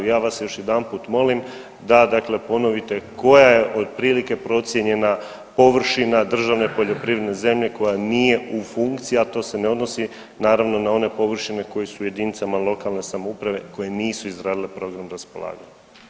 Ja vas još jedanput molim da dakle ponovite koja je otprilike procijenjena površina državne poljoprivredne zemlje koja nije u funkciji, a to se ne odnosi naravno na one površine koje su u jedinicama lokalne samouprave koje nisu izradile program raspolaganja.